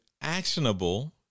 actionable